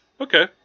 Okay